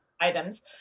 items